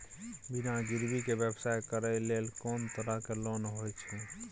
बिना गिरवी के व्यवसाय करै ले कोन तरह के लोन होए छै?